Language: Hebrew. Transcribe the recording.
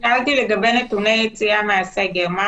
שאלתי לגבי נתוני יציאה מהסגר.